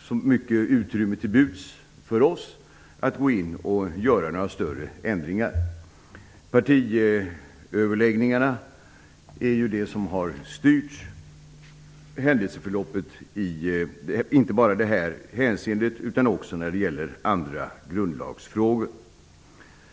så mycket utrymme till buds för oss att gå in och göra några större ändringar. Partiöverläggningarna har styrt händelseförloppet inte bara i det här hänseendet utan också när det gäller andra grundlagsfrågor.